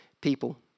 people